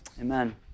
Amen